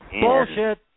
Bullshit